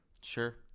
sure